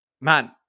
man